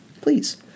please